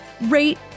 rate